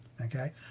Okay